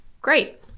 Great